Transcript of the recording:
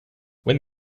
when